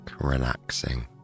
relaxing